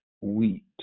wheat